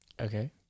Okay